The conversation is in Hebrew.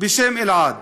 בשם אלע"ד.